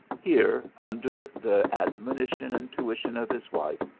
here, under the admonition and tuition of his wife,